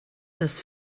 das